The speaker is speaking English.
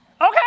okay